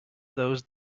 those